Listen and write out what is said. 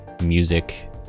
music